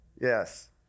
Yes